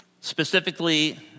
specifically